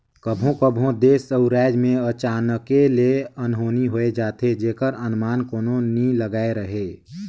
कभों कभों देस अउ राएज में अचानके ले अनहोनी होए जाथे जेकर अनमान कोनो नी लगाए रहें